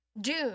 Dune